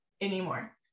anymore